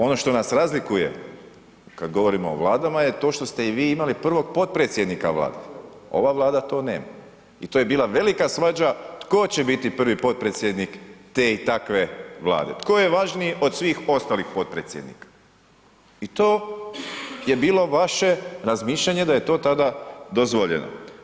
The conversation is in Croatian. Ono to nas razlikuje kad govorimo o vladama je to što ste i vi imali prvog potpredsjednika Vlade, ova Vlada to nema i to je bila velika svađa tko će biti prvi potpredsjednik te i takve Vlade, tko je važniji od svih ostalih potpredsjednika i to je bilo vaše razmišljanje da je to tada dozvoljeno.